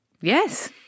Yes